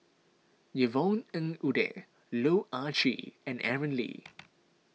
Yvonne Ng Uhde Loh Ah Chee and Aaron Lee